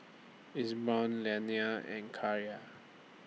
Liana and